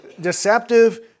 deceptive